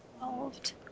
involved